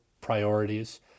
priorities